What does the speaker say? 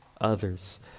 others